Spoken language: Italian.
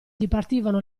dipartivano